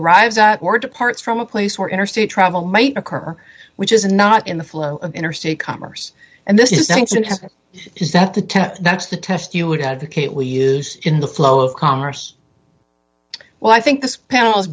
arrives at more departs from a place where interstate travel might occur which is not in the flow of interstate commerce and this is mentioned is that the that's the test you would advocate we use in the flow of commerce well i think this panel